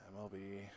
MLB